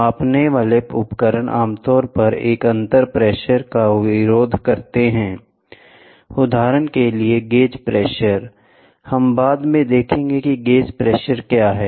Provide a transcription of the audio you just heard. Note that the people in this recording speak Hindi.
मापने वाले उपकरण आमतौर पर एक अंतर प्रेशर का विरोध करते हैं उदाहरण के लिए गेज प्रेशर हम बाद में देखेंगे कि गेज प्रेशर क्या है